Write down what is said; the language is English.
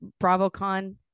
BravoCon